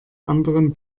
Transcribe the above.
anderen